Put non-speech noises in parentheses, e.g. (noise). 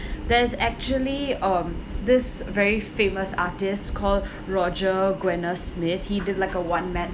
(breath) there's actually um this very famous artist call (breath) roger guenveur smith he did like a one man